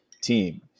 team